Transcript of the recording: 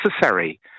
necessary